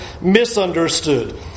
misunderstood